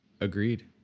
agreed